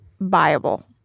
viable